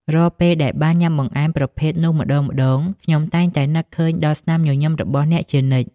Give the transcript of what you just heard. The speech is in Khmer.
រាល់ពេលដែលបានញ៉ាំបង្អែមប្រភេទនោះម្ដងៗ ខ្ញុំតែងតែនឹកឃើញដល់ស្នាមញញឹមរបស់អ្នកជានិច្ច។